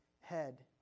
head